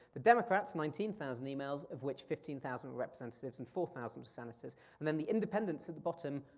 the democrats, nineteen thousand emails, of which fifteen thousand were representatives and four thousand were senators. and then the independents at the bottom.